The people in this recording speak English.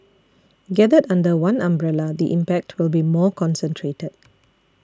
gathered under one umbrella the impact will be more concentrated